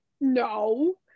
no